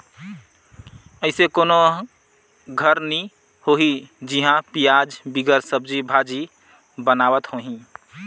अइसे कोनो घर नी होही जिहां पियाज बिगर सब्जी भाजी बनावत होहीं